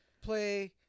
Play